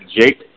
Jake